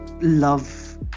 love